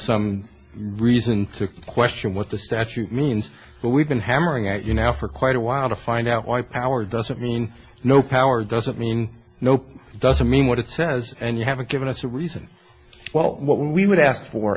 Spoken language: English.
some reason to question what the statute means but we've been hammering at you now for quite a while to find out why power doesn't mean no power doesn't mean nope doesn't mean what it says and you haven't given us a reason well what we would ask for